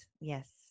yes